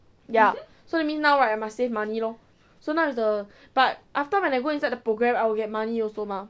ya that means now right I must save money lor so now is the but after when I go inside the program I will get money also mah